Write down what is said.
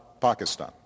Pakistan